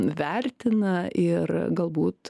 vertina ir galbūt